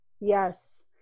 Yes